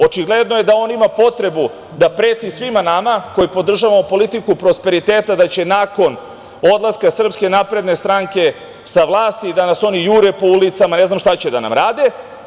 Očigledno je da on ima potrebu svima nama koji podržavamo politiku prosperiteta, da će nakon odlaska SNS sa vlasti da nas oni jure po ulicama, ne znam šta će da nam rade.